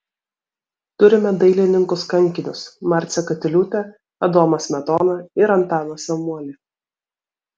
turime dailininkus kankinius marcę katiliūtę adomą smetoną ir antaną samuolį